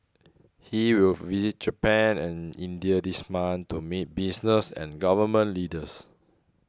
he will visit Japan and India this month to meet business and Government Leaders